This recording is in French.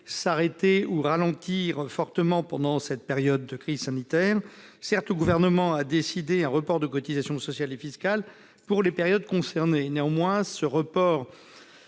arrêtée ou ralentie fortement pendant cette crise sanitaire. Certes, le Gouvernement a décidé un report des cotisations sociales et fiscales pour la période concernée. Néanmoins, ce choix